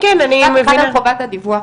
בהקשר לחובת הדיווח,